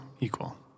equal